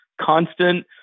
constant